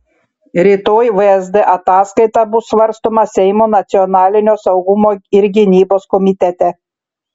rytoj vsd ataskaita bus svarstoma seimo nacionalinio saugumo ir gynybos komitete